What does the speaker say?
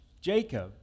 Jacob